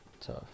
Tough